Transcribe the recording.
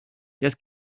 just